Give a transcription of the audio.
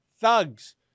thugs